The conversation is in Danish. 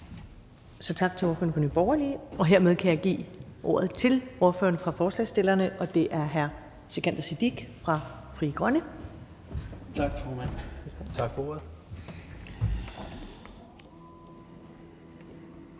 så tak til ordføreren fra Nye Borgerlige. Hermed kan jeg give ordet til ordføreren for forslagsstillerne, og det er hr. Sikandar Siddique fra Frie Grønne. Kl. 14:55 (Ordfører